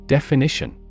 Definition